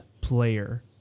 player